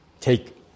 take